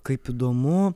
kaip įdomu